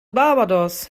barbados